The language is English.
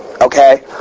okay